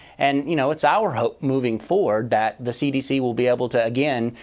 and you know it's our hope moving forward that the cdc will be able to, again,